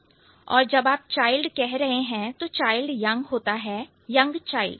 और जब आप चाइल्ड कह रहे हैं तो चाइल्ड यंग होता है यंग चाइल्ड